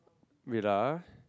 wait ah